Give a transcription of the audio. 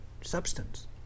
substance